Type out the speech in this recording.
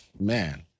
Man